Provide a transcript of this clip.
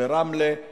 ברמלה,